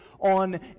on